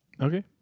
Okay